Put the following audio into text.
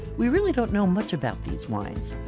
we really don't know much about these wines.